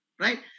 Right